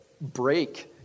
break